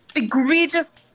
egregious